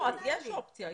יש אופציה.